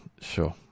sure